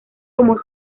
como